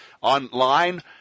Online